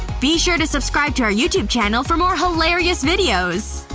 be sure to subscribe to our youtube channel for more hilarious videos!